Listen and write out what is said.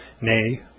nay